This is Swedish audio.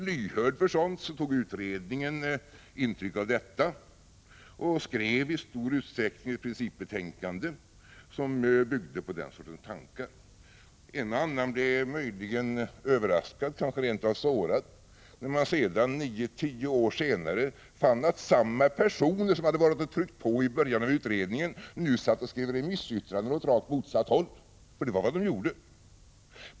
Lyhörd för sådant tog utredningen intryck av vad som sades och skrev i stor utsträckning ett principbetänkande som byggde på den sortens tankar. En och annan blev möjligen överraskad, kanske rent av sårad, när man nio tio år senare fann att samma personer som hade varit och tryckt på i början av utredningens arbete satt och skrev remissyttranden som gick åt rakt motsatt håll — för det var vad som skedde.